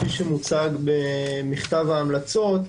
כפי שמוצג במכתב ההמלצות.